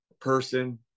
person